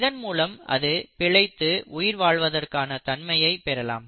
இதன் மூலம் அது பிழைத்து உயிர் வாழ்வதற்கான தன்மையைப் பெறலாம்